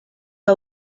que